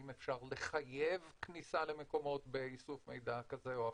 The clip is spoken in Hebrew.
אם אפשר לחייב כניסה למקומות באיסוף מידע כזה או אחר.